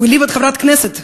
הוא העליב חברת כנסת,